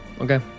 okay